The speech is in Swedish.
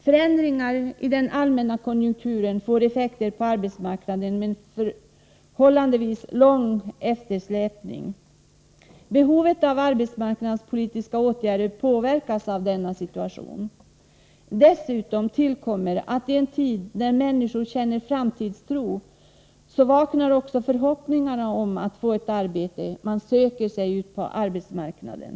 Förändringar i den allmänna konjunkturen får effekter på arbetsmarknaden med en förhållandevis lång eftersläpning. Behovet av arbetsmarknadspolitiska åtgärder påverkas av denna situation. Dessutom tillkommer att i en tid när människor känner framtidstro vaknar också förhoppningarna om att få ett arbete. Man söker sig ut på arbetsmarknaden.